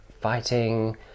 fighting